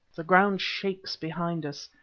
the ground shakes behind us,